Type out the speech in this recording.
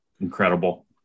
Incredible